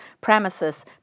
premises